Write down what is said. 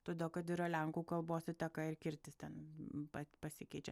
todėl kad yra lenkų kalbos įtaka ir kirtis ten pat pasikeičia